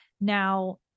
Now